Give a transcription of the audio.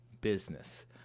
business